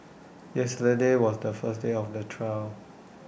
yesterday was the first day of the trial